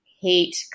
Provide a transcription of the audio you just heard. hate